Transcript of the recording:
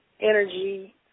energy